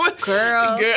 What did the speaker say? Girl